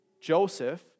Joseph